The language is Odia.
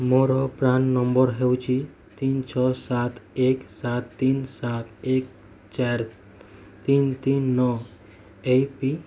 ମୋର ପ୍ୟାନ୍ ନମ୍ବର ହେଉଛି ତିନ ଛଅ ସାତ ଏକ ସାତ ତିନ ସାତ ଏକ ଚାର ତିନ ତିନ ନଅ ଏପି